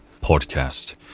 podcast